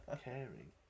Caring